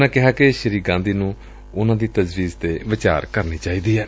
ਉਨ੍ਹਾਂ ਕਿਹਾ ਕਿ ਸ੍ਰੀ ਗਾਂਧੀ ਨੂੰ ਉਨ੍ਹਾਂ ਦੀ ਤਜਵੀਜ਼ ਤੇ ਵਿਚਾਰ ਕਰਨੀ ਚਾਹੀਦੀ ਏ